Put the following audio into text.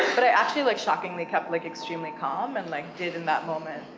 but i actually, like, shockingly kept, like, extremely calm, and like did in that moment.